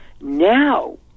Now